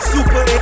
Super